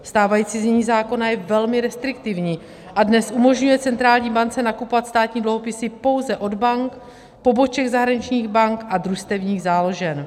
Stávající znění zákona je velmi restriktivní, dnes umožňuje centrální bance nakupovat státní dluhopis pouze od bank, poboček zahraničních bank a družstevních záložen.